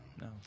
No